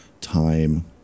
time